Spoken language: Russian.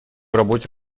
работе